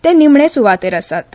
ते निमाणे सुवातेर आसात